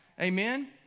Amen